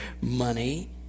money